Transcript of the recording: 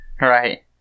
Right